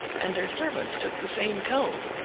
and their servants took the same tone.